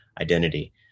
identity